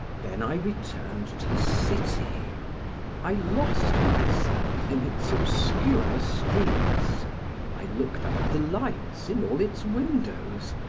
then i returned to the city i lost myself in its obscure streets i looked up at the lights in all its windows,